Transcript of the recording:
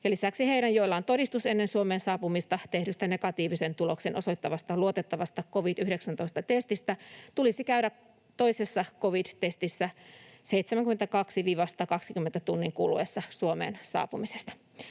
lisäksi heidän, joilla on todistus ennen Suomeen saapumista tehdystä negatiivisen tuloksen osoittavasta luotettavasta covid-19-testistä, tulisi käydä toisessa covid-testissä 72—120 tunnin kuluessa Suomeen saapumisesta.